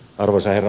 arvoisa herra